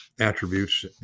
Attributes